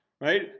right